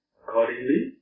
accordingly